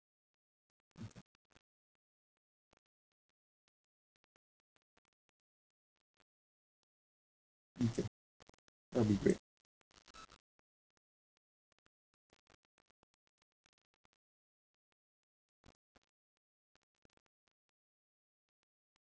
mmhmm okay that will be great